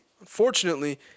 Unfortunately